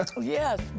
Yes